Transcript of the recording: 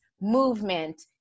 movement